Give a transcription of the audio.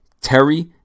Terry